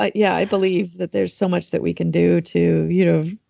like yeah. i believe that there's so much that we can do to you know